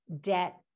debt